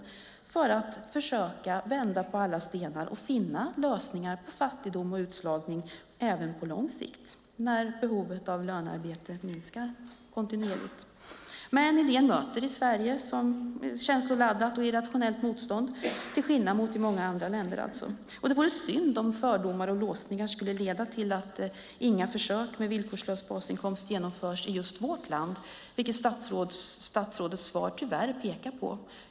Detta ska göras för att försöka vända på alla stenar och finna lösningar på fattigdom och utslagning även på lång sikt när behovet av lönearbete minskar kontinuerligt. Men idén möter i Sverige känsloladdat och irrationellt motstånd till skillnad mot i många andra länder. Det vore synd om fördomar och låsningar skulle leda till att inga försök med villkorslös basinkomst genomförs i vårt land, vilket statsrådets svar tyvärr pekar på.